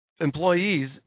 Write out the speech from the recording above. employees